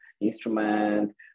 instrument